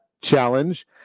challenge